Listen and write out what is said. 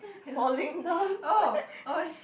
falling down